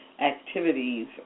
activities